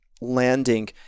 landing